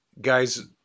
guys